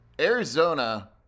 Arizona